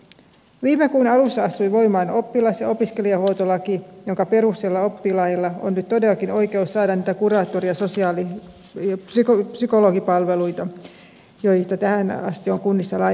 viime kuun alussa astui voimaan oppilas ja opiskelijahuoltolaki jonka perusteella oppilailla on nyt todellakin oikeus saada niitä kuraattori ja psykologipalveluita joita tähän asti on kunnissa laiminlyöty